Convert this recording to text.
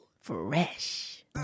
Fresh